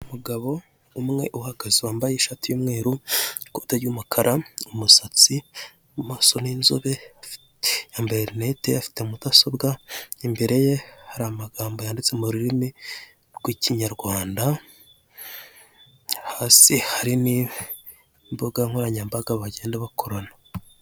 Umugabo umwe uhagaze wambaye ishati y'umweru, ikote ry'umukara, umusatsi, mu maso n'inzobe, yambaye rinete, afite mudasobwa, imbere ye hari amagambo yanditse mu rurimi rw'ikinyarwanda, hasi hari n'imbugankoranyambaga bagenda bakorana.